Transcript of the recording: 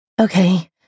Okay